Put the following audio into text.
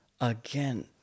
again